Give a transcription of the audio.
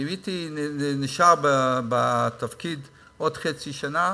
ואם הייתי נשאר בתפקיד עוד חצי שנה,